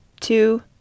two